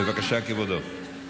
בבקשה, כבודו.